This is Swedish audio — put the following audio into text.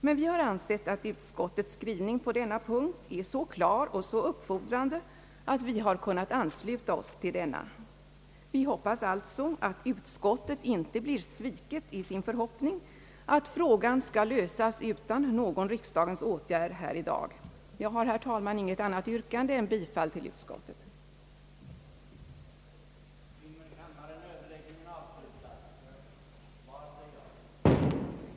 Men vi har ansett att utskottets skrivning på denna punkt är så klar och så uppfordrande att vi har kunnat ansluta oss till den. Vi hoppas alltså att utskottet inte blir sviket i sin förhoppning att frågan skall lösas utan någon riksdagens åtgärd i dag. Jag har, herr talman, inget annat yrkande än om bifall till utskottets hemställan. a) att söka närmare klarlägga dagssituationen och utröna orsakerna till dagens läge i ungdomsvärlden, b) att pröva vad som kunde göras för en mer individualiserad vård av de redan missanpassade, c) att söka finna vägar för en förebyggande ungdomsvård, varvid särskilt skulle beaktas, huruvida icke ett betonande av de kristna värdena skulle hava en positiv verkan.